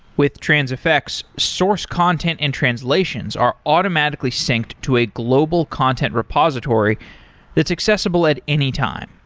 with transifex, source content and translations are automatically synced to a global content repository that's accessible at any time.